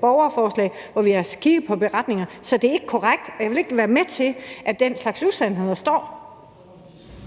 borgerforslag og kigget på beretninger. Så det der er ikke korrekt, og jeg vil ikke være med til, at den slags usandheder står